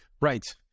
Right